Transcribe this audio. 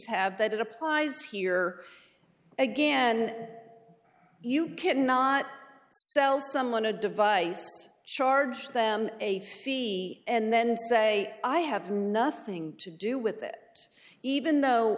have that it applies here again you cannot sell someone a device charge them a fee and then say i have nothing to do with it even though